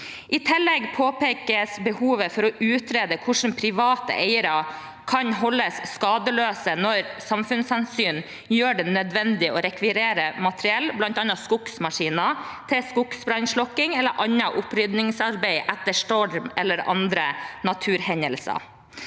I tillegg påpekes behovet for å utrede hvordan private eiere kan holdes skadesløse når samfunnshensyn gjør det nødvendig å rekvirere materiell, bl.a. skogsmaskiner til skogsbrannslukking eller annet opprydningsarbeid etter storm eller andre naturhendelser.